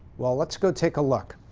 well, let's go take a look.